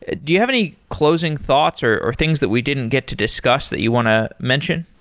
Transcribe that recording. ah do you have any closing thoughts, or or things that we didn't get to discuss that you want to mention?